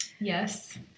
Yes